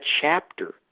chapter